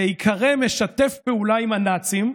להיקרא "משתף פעולה עם הנאצים".